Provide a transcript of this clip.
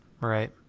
right